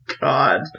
God